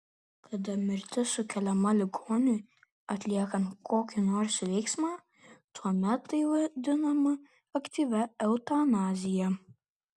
kada mirtis sukeliama ligoniui atliekant kokį nors veiksmą tuomet tai vadinama aktyvia eutanazija